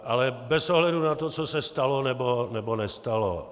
Ale bez ohledu na to, co se stalo nebo nestalo.